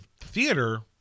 theater